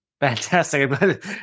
Fantastic